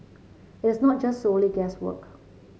it is not just solely guesswork